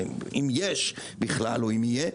אם יש בכלל או אם יהיה,